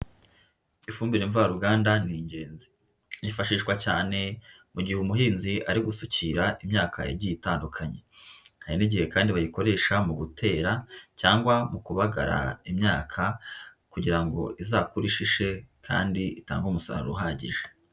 Ifumbire mvaruganda ni ingenzi. Yifashishwa cyane mu gihe umuhinzi ari gusukira imyaka igiye itandukanye, hari n'igihe kandi bayikoresha mu gutera cyangwa mu kubagara imyaka kugira ngo izakure ishishe kandi itange umusaruro uhagije.